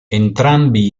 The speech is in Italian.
entrambi